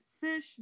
fish